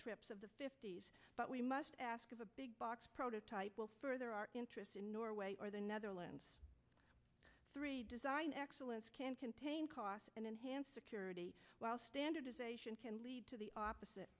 trips of the fifty's but we must ask of a big box prototype there are interests in norway or the netherlands three design excellence can contain cost and enhance security while standardization can lead to the opposite